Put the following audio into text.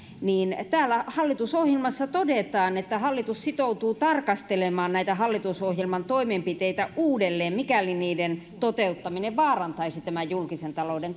niin täällä hallitusohjelmassa todetaan että hallitus sitoutuu tarkastelemaan näitä hallitusohjelman toimenpiteitä uudelleen mikäli niiden toteuttaminen vaarantaisi tämän julkisen talouden